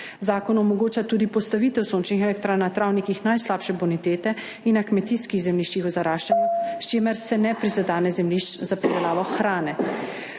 Zakon omogoča tudi postavitev sončnih elektrarn na travnikih najslabše bonitete in na kmetijskih zemljiščih v zaraščanju, s čimer se ne prizadene zemljišč za pridelavo hrane.